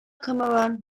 cameron